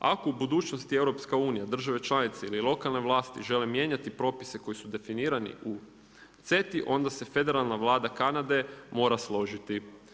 Ako u budućnosti EU, države članice ili lokalne vlasti žele mijenjati propise koji su definirani u CETA-i onda se federalna Vlada Kanade mora složiti.